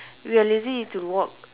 you are lazy to walk